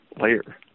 layer